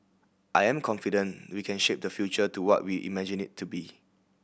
I am confident we can shape the future to what we imagine it to be